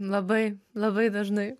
labai labai dažnai